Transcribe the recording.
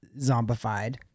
zombified